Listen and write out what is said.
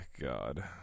God